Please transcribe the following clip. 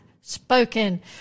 spoken